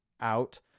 out